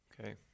Okay